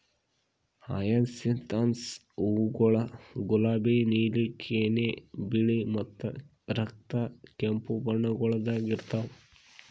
hyacinthus ಹೂವುಗೊಳ್ ಗುಲಾಬಿ, ನೀಲಿ, ಕೆನೆ, ಬಿಳಿ ಮತ್ತ ರಕ್ತ ಕೆಂಪು ಬಣ್ಣಗೊಳ್ದಾಗ್ ಇರ್ತಾವ್